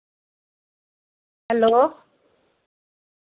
hello